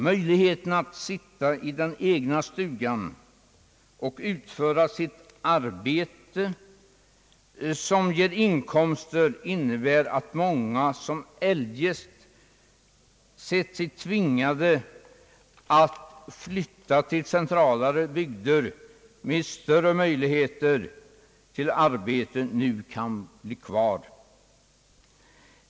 Möjligheten att sitta i den egna stugan och utföra ett arbete som ger inkomster innebär att många, som eljest sett sig tvingade att flytta till centralare bygder med större möjligheter till arbete, nu kan bli kvar.